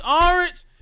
Orange